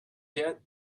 yet